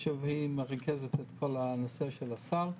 היא מרכזת את כל הנושא של הסל.